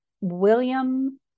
William